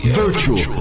virtual